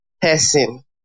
person